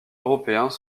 européens